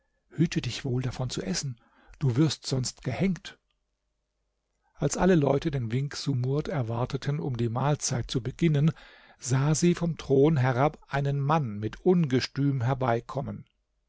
hüte dich wohl davon zu essen du wirst sonst gehängt als alle leute den wink sumurd erwarteten um die mahlzeit zu beginnen sah sie vom thron herab einen mann mit ungestüm herbeikommen